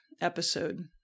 episode